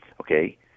okay